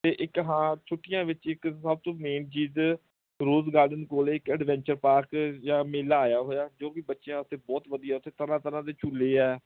ਅਤੇ ਇੱਕ ਹਾਂ ਛੁੱਟੀਆ ਵਿੱਚ ਇੱਕ ਸਭ ਤੋਂ ਮੇਨ ਚੀਜ਼ ਰੋਜ਼ ਗਾਰਡਨ ਕੋਲ ਇੱਕ ਐਡਵੈਂਚਰ ਪਾਰਕ ਜਾਂ ਮੇਲਾ ਆਇਆ ਹੋਇਆ ਜੋ ਕਿ ਬੱਚਿਆਂ ਵਾਸਤੇ ਬਹੁਤ ਵਧੀਆ ਉੱਥੇ ਤਰ੍ਹਾਂ ਤਰ੍ਹਾਂ ਦੇ ਝੂਲੇ ਹੈ